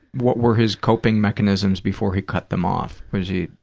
what were his coping mechanisms before he cut them off? was he.